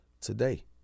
today